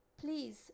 please